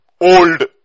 old